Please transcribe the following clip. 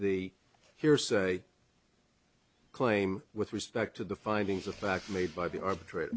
the hearsay claim with respect to the findings of fact made by the arbitra